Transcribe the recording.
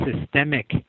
systemic